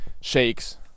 shakes